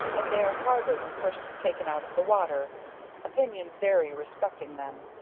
as they are harder when first taken out of the water opinions vary respecting them.